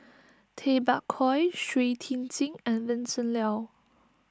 Tay Bak Koi Shui Tit Sing and Vincent Leow